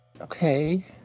Okay